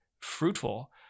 fruitful